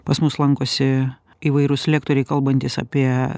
pas mus lankosi įvairūs lektoriai kalbantys apie